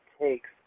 takes